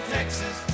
Texas